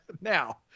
Now